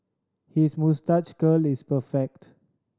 his moustache curl is perfect